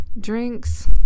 Drinks